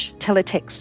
Teletext